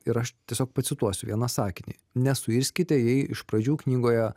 ir aš tiesiog pacituosiu vieną sakinį nesuirskite jei iš pradžių knygoje